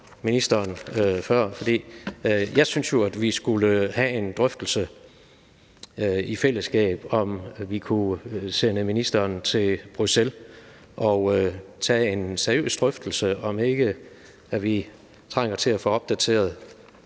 i fællesskab skulle have en drøftelse af, om vi kunne sende ministeren til Bruxelles for at tage en seriøs drøftelse af, om vi ikke trænger til at få opdateret